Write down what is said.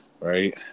right